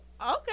okay